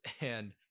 and-